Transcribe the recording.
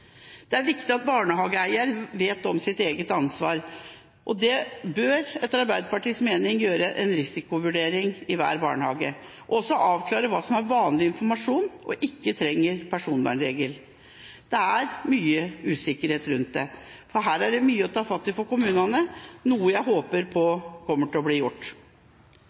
Det er viktig at barnehageeier vet om sitt eget ansvar, og det bør, etter Arbeiderpartiets mening, gjøres en risikovurdering i hver barnehage. Man bør også avklare hva som er vanlig informasjon og ikke trenger personvernregler. Det er mye usikkerhet rundt dette. Her er det mye å ta fatt i for kommunene, noe jeg håper kommer til å bli gjort.